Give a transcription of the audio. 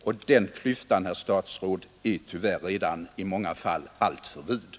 Och den klyftan, herr statsråd, är tyvärr redan i många fall alltför vid.